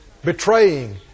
betraying